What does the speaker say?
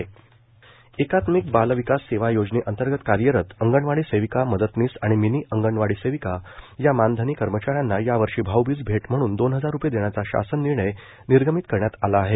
अंगणवाडी सेविका मानधन एकात्मिक बाल विकास सेवा योजनेअंतर्गत कार्यरत अंगणवाडी सेविका मदतनीस आणि मिनी अंगणवाडी सेविका या मानधनी कर्मचाऱ्यांना यावर्षी भाऊबीज भेट म्हणून दोन हजार रुपये देण्याचा शासन निर्णय निर्गमित करण्यात आला आहे